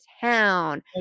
town